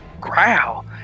growl